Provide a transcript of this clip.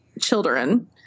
children